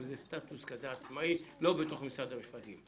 איזה סטטוס עצמאי לא בתוך משרד המשפטים.